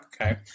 okay